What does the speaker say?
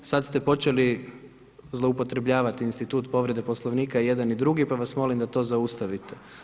Sada ste počeli zloupotrjebljavati institut povrede Poslovnika i jedan i drugi pa vas molim da to zaustavite.